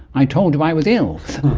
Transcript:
i told you i was ill!